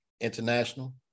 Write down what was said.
International